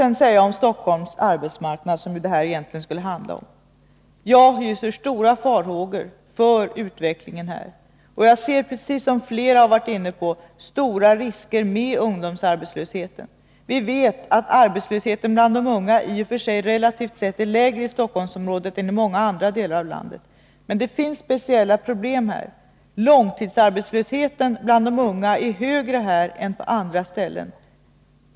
Får jag sedan om Stockholms arbetsmarknad, som ju denna debatt egentligen skulle handla om, säga att jag hyser stora farhågor för utvecklingen. Jag ser, precis som flera av talarna här, stora risker med ungdomsarbetslösheten. Vi vet att arbetslösheten bland de unga i och för sig relativt sett är lägre i Stockholmsområdet än i många andra delar av landet. Men det finns speciella problem här. Långtidsarbetslösheten bland de unga är högre här än på andra håll.